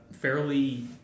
fairly